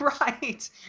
Right